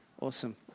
Awesome